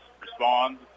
respond